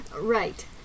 Right